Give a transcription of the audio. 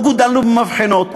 ולא גודלנו במבחנות.